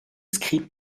scribe